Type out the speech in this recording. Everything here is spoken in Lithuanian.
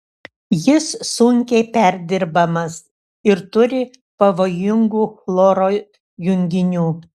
jis sunkiai perdirbamas ir turi pavojingų chloro junginių